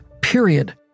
period